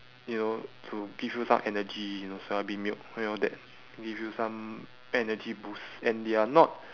you know to give you some energy you know soya bean milk you know that give you some energy boost and they are not